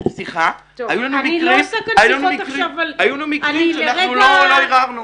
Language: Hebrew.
היו לנו מקרים שאנחנו לא ערערנו.